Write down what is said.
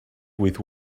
with